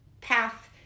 path